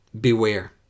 beware